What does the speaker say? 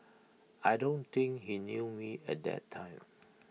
I don't think he knew me at that time